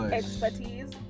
expertise